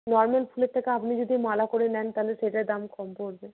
normal ফুলের থেকে আপনি যদি মালা করে নেন তাহলে সেটার দাম কম পড়বে